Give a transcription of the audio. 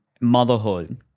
motherhood